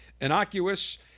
innocuous